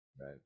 Right